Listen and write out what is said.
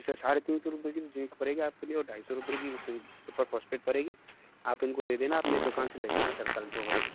sir साढ़े तीन सौ रुपए की जिंक पड़ेगी आपके लिए और ढाई सौ रुपए वो सिर्फ सुपर फॉस्फेट पड़ेगी आप इनको दे देना आप मेरी दुकान से ले जाना सर कल दो बजे